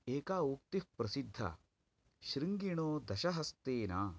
एका उक्तिः प्रसिद्धा शृङ्गिणो दशहस्तिनः इति